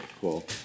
cool